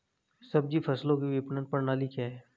सब्जी फसलों की विपणन प्रणाली क्या है?